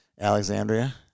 Alexandria